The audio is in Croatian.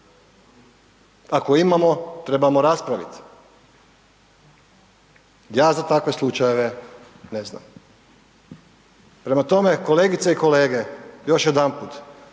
Ako imamo, trebamo raspraviti. Ja za takve slučajeve ne znam. Prema tome, kolegice i kolege, još jedanput,